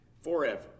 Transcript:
forever